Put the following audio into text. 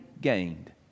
gained